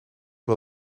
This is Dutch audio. wel